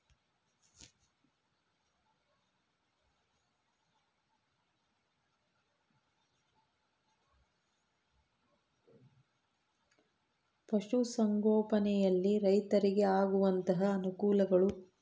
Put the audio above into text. ಪಶುಸಂಗೋಪನೆಯಲ್ಲಿ ರೈತರಿಗೆ ಆಗುವಂತಹ ಅನುಕೂಲಗಳು?